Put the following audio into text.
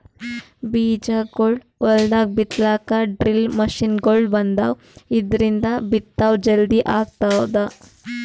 ಬೀಜಾಗೋಳ್ ಹೊಲ್ದಾಗ್ ಬಿತ್ತಲಾಕ್ ಡ್ರಿಲ್ ಮಷಿನ್ಗೊಳ್ ಬಂದಾವ್, ಇದ್ರಿಂದ್ ಬಿತ್ತದ್ ಜಲ್ದಿ ಆಗ್ತದ